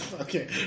Okay